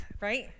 Right